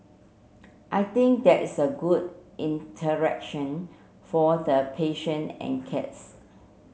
I think that is a good interaction for the patient and cats